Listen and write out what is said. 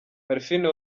parfine